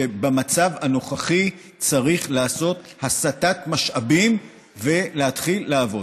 ובמצב הנוכחי צריך לעשות הסטת משאבים ולהתחיל לעבוד.